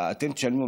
אתם תשלמו,